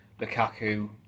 Lukaku